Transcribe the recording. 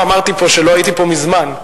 אמרתי פה שלא הייתי פה מזמן,